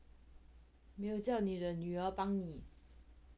没有叫你的女儿帮你